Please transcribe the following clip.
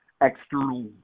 external